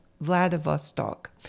Vladivostok